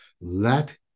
Let